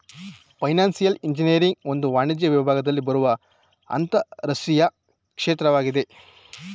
financial engineering ಒಂದು ವಾಣಿಜ್ಯ ವಿಭಾಗದಲ್ಲಿ ಬರುವ ಅಂತರಶಿಸ್ತೀಯ ಕ್ಷೇತ್ರವಾಗಿದೆ